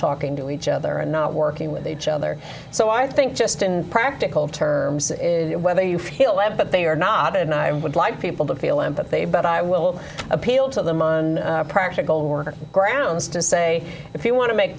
talking to each other and not working with h other so i think just in practical terms whether you feel that but they are not and i would like people to feel empathy but i will appeal to them on practical more grounds to say if you want to make